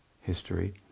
history